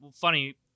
funny